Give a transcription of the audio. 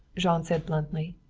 jean said bluntly.